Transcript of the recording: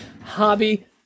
hobby